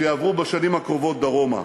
שיעברו בשנים הקרובות דרומה.